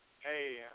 Hey